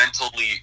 mentally